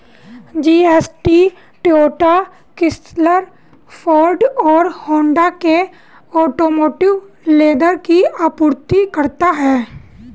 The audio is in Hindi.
जी.एस.टी टोयोटा, क्रिसलर, फोर्ड और होंडा के ऑटोमोटिव लेदर की आपूर्ति करता है